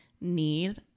need